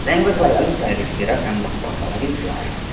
ल्याङ्ग्वेजलाई अलिक प्रायोरिटी दिएर काम गर्नुपर्छ होला कि जस्तो लाग्यो